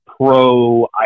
pro